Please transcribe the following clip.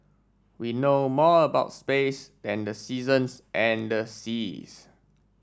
we know more about space than the seasons and the seas